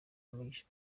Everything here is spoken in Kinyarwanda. umugisha